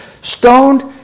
stoned